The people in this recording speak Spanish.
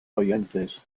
oyentes